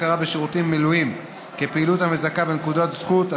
הכרה בשירות מילואים כפעילות המזכה בנקודות זכות),